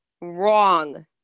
Wrong